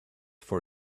for